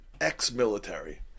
Ex-military